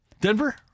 Denver